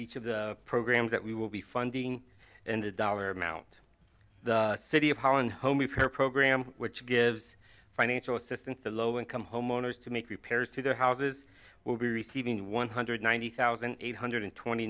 each of the programs that we will be funding and a dollar amount the city of holland home of her program which gives financial assistance to low income homeowners to make repairs to their houses will be receiving one hundred ninety thousand eight hundred twenty